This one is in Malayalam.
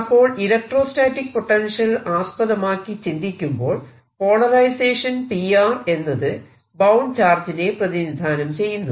അപ്പോൾ ഇലക്ട്രോസ്റ്റാറ്റിക് പൊട്ടൻഷ്യൽ ആസ്പദമാക്കി ചിന്തിക്കുമ്പോൾ പോളറൈസേഷൻ P എന്നത് ബൌണ്ട് ചാർജിനെ പ്രതിനിധാനം ചെയ്യുന്നു